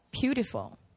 beautiful